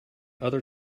other